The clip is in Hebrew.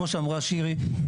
כמו שאמרה שירה.